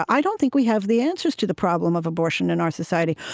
i don't think we have the answers to the problem of abortion in our society,